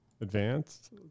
Advanced